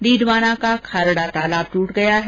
डीडवाना का खारडा तालाब टूट गया है